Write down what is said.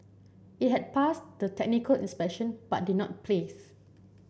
it had passed the technical inspection but did not place